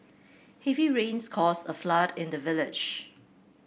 heavy rains caused a flood in the village